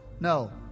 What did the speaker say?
no